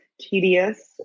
tedious